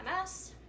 MS